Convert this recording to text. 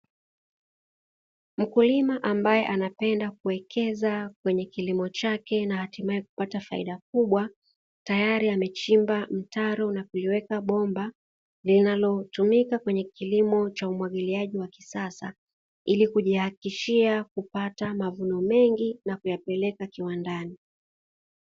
Mkulima ambae anapenda kuwekeza kwenye kilimo chake na hatimae kupata faida kubwa, tayari amechimba mtaro na kuliweka bomba linalotumika kwenye kilimo cha umwagiliaji wa kisasa ili kujihakikishia kupata mavuno mengi na kuyapeleka kiwandani.